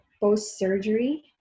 post-surgery